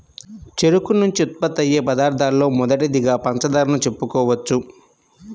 చెరుకు నుంచి ఉత్పత్తయ్యే పదార్థాలలో మొదటిదిగా పంచదారను చెప్పుకోవచ్చు